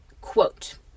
Quote